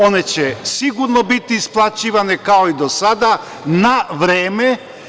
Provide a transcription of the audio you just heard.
One će sigurno biti isplaćivane kao i do sada na vreme.